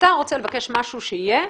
אתה רוצה לבקש משהו שיהיה,